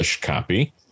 copy